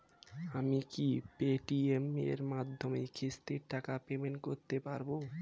আমি কি Paytm এর মাধ্যমে কিস্তির টাকা পেমেন্ট করতে পারব?